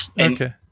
Okay